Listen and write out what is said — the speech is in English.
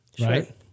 Right